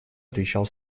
отвечал